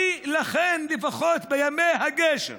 ולכן לפחות בימי הגשם